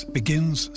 begins